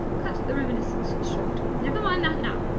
cut the reminiscences short. never mind that now.